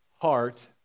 heart